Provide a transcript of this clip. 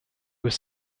was